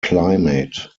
climate